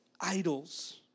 idols